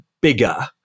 bigger